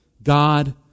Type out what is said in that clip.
God